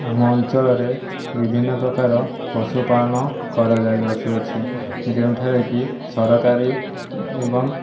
ଆମ ଅଞ୍ଚଳରେ ବିଭିନ୍ନ ପ୍ରକାର ପଶୁପାଳନ କରାଯାଇ ଆସୁଅଛି ଯେଉଁଠାରେ କି ସରକାରୀ ଏବଂ